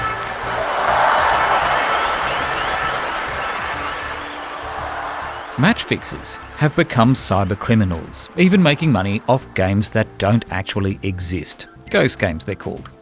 um match fixers have become cyber criminals, even making money off games that don't actually exist, ghost games they're called.